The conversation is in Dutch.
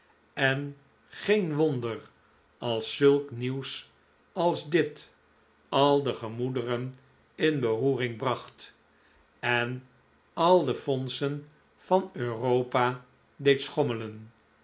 en geen wonder als zulk nieuws als dit al de gemoederen in beroering bracht en al de fondsen van europa deed schommelen